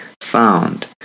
found